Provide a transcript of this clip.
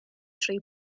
trwy